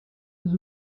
izo